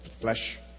flesh